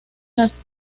las